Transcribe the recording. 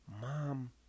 mom